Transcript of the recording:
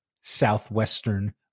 southwestern